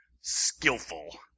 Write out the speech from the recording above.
skillful